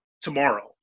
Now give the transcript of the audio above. tomorrow